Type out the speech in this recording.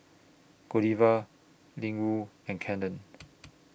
Godiva Ling Wu and Canon